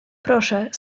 proszę